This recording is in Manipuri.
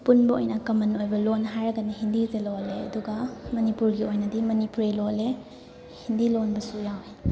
ꯑꯄꯨꯟꯕ ꯑꯣꯏꯅ ꯀꯃꯟ ꯑꯣꯏꯕ ꯂꯣꯟ ꯍꯥꯏꯔꯒꯅ ꯍꯤꯟꯗꯤꯁꯦ ꯂꯣꯜꯂꯦ ꯑꯗꯨꯒ ꯃꯅꯤꯄꯨꯔꯒꯤ ꯑꯣꯏꯅꯗꯤ ꯃꯅꯤꯄꯨꯔꯤ ꯂꯣꯜꯂꯦ ꯍꯤꯟꯗꯤ ꯂꯣꯟꯕꯁꯨ ꯌꯥꯎꯌꯦ